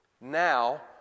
Now